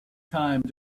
time